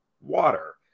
water